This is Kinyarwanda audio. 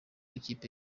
ikipe